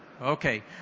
Okay